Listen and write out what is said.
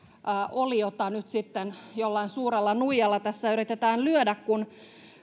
oliota nyt sitten jollain suurella nuijalla tässä yritetään lyödä kun